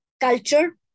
culture